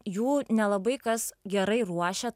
jų nelabai kas gerai ruošia